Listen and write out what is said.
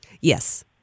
Yes